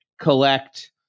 collect